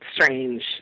strange